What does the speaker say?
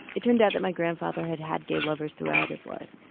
it turned out that my grandfather had had gay lovers throughout his life,